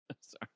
sorry